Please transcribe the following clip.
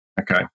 Okay